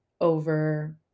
over